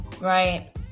right